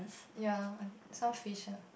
ya some fish ah